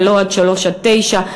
ולא שלוש עד תשע.